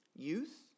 Youth